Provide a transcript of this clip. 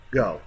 go